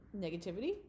negativity